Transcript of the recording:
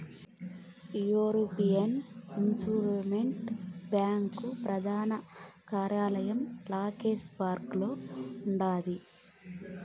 European investment bank ప్రదాన కార్యాలయం లక్సెంబర్గులో ఉండాది